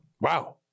Wow